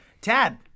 Tad